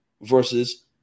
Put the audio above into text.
versus